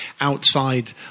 outside